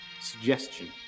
suggestion